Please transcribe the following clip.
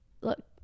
look